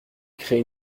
crée